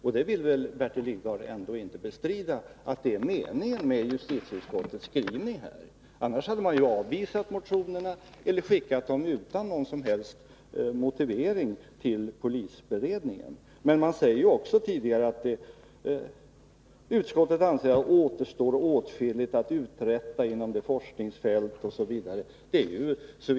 Bertil Lidgard vill väl ändå inte bestrida att det är meningen med justitieutskottets skrivning. Annars hade utskottet ju avvisat motionerna eller skickat dem utan någon som helst motivering till polisberedningen. Utskottet anser att det ”återstår åtskilligt att uträtta inom det forskningsfält som berörs”.